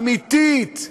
אמיתית,